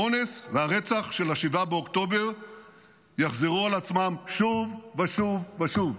האונס והרצח של 7 באוקטובר יחזרו על עצמם שוב ושוב ושוב,